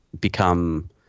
become